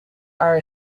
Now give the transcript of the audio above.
are